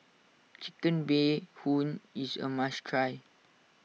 Chicken Bee Hoon is a must try